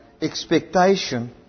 expectation